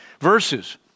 verses